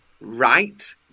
right